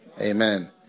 amen